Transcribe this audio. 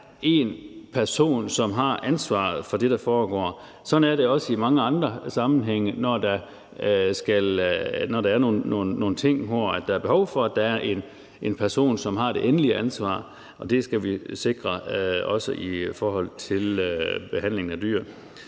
en person, som har ansvaret for det, der foregår. Sådan er det også i mange andre sammenhænge, når der er nogle ting, hvor der er behov for, at der er en person, som har det endelige ansvar, og det skal vi også sikre i forhold til behandlingen af dyr.